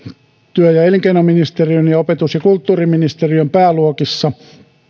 työ ja elinkeinoministeriön ja opetus ja kulttuuriministeriön pääluokissa